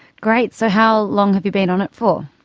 great! so how long have you been on it for?